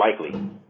likely